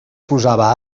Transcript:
posava